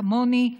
כמוני,